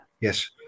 Yes